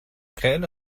خیلی